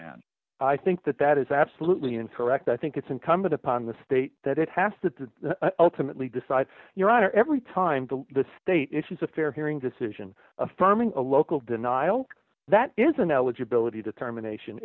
and i think that that is absolutely incorrect i think it's incumbent upon the state that it has to ultimately decide your honor every time the state issues a fair hearing decision affirming a local denial that is an eligibility determination